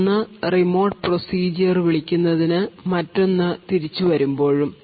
ഒന്ന് remote procedure വിളിക്കുന്നതിനു മറ്റൊന്ന് തിരിച്ചു വരുമ്പോഴും